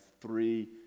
three